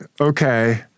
Okay